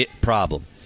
problem